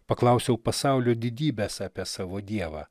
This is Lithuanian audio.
paklausiau pasaulio didybės apie savo dievą